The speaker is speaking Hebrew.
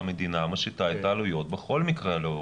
שהמדינה משיתה את העלויות בכל מקרה על ההורים.